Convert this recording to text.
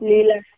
Lila